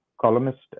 columnist